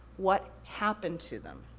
what happened to them?